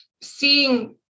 seeing